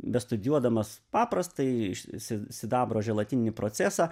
bestudijuodamas paprastąjį si sidabro želatininį procesą